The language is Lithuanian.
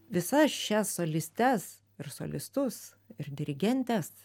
visas šias solistes ir solistus ir dirigentes